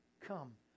Come